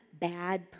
bad